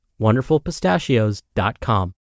WonderfulPistachios.com